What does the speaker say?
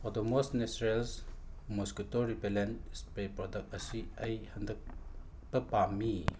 Odomos naturals mosquito repellent spray product ꯑꯁꯤ ꯑꯩ ꯍꯟꯗꯣꯛꯄ ꯄꯥꯝꯃꯤ